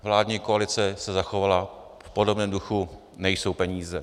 Vládní koalice se zachovala v podobném duchu nejsou peníze.